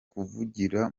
kuvugira